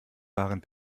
waren